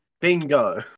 Bingo